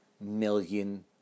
million